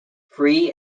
free